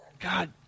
God